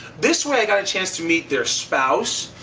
this way, i got a chance to meet their spouse.